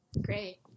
Great